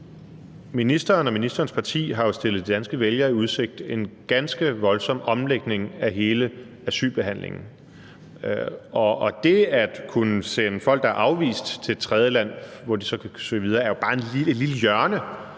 ministerens parti har stillet danskerne en ganske voldsom omvæltning af hele asylbehandlingen i udsigt. Og det at kunne sende folk, der er afvist, til et tredjeland, hvor de så kan søge videre, er jo bare et lille hjørne